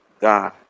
God